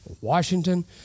Washington